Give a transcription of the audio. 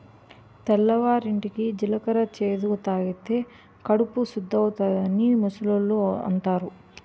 తెల్లవారింటికి జీలకర్ర చేదు తాగితే కడుపు సుద్దవుతాదని ముసలోళ్ళు అంతారు